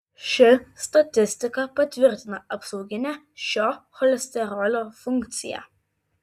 ši statistika patvirtina apsauginę šio cholesterolio funkciją